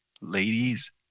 Ladies